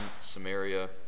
Samaria